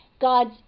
God's